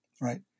right